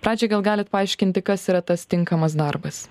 pradžiai gal galit paaiškinti kas yra tas tinkamas darbas